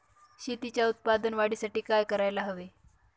शेतीच्या उत्पादन वाढीसाठी काय करायला हवे?